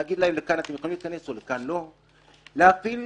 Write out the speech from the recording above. להגיד להם "לכאן יכולים להיכנס או לכאן לא"; להפעיל